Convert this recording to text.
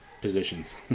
positions